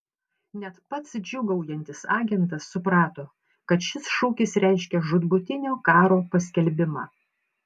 net pats džiūgaujantis agentas suprato kad šis šūkis reiškia žūtbūtinio karo paskelbimą